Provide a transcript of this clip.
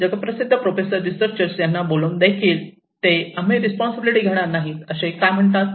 जगप्रसिद्ध professor researcher यांना बोलावून देखील ते आम्ही रेस्पोंसिबिलिटी घेणार नाही असे का म्हणतात